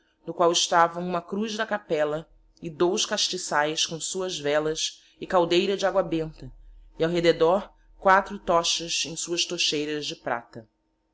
na qual estava huma cruz da capella e dous castiçaes com suas vellas e caldeira de agua benta e ao rededor quatro tochas em suas tocheiras de prata